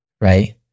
Right